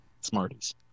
Smarties